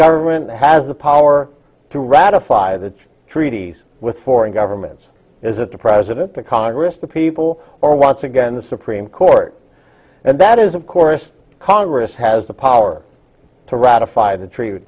government has the power to ratify the treaty with foreign governments is it the president the congress the people or once again the supreme court and that is of course congress has the power to ratify the tre